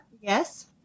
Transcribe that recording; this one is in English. Yes